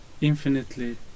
infinitely